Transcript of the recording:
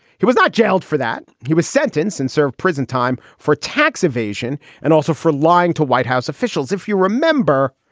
he was not jailed for that. he was sentenced and served prison time for tax evasion and also for lying to white house officials, if you remember.